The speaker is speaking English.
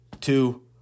Two